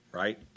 right